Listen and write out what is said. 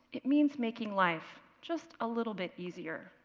it means making life just a little bit easier.